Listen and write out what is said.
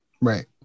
Right